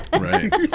right